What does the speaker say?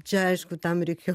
čia aišku tam reikia